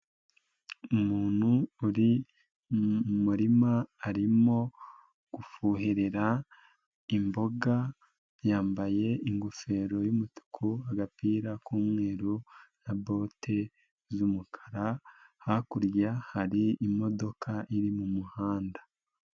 Umuntu uri mu murima arimo gufuherera imboga. Yambaye ingofero y'umutuku agapira k'umweru na bote z'umukara. Hakurya hari imodoka iri mu muhanda.